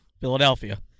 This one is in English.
Philadelphia